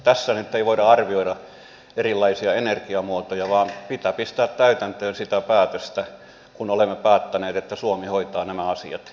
tässä nyt ei voida arvioida erilaisia energiamuotoja vaan pitää pistää täytäntöön sitä päätöstä kun olemme päättäneet että suomi hoitaa nämä asiat itse